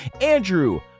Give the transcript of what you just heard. Andrew